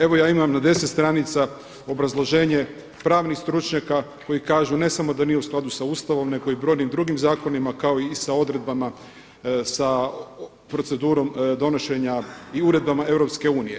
Evo ja imam na 10 stranica obrazloženje pravnih stručnjaka koji kažu ne samo da nije u skladu sa Ustavom nego i brojnim drugim zakonima kao i sa odredbama, sa procedurom donošenja i uredbama EU.